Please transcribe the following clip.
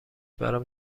برام